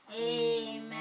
Amen